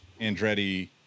Andretti